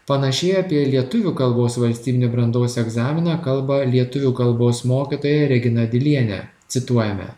panašiai apie lietuvių kalbos valstybinį brandos egzaminą kalba lietuvių kalbos mokytoja regina dilienė cituojame